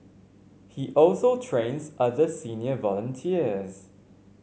he also trains other senior volunteers